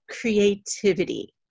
creativity